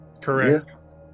correct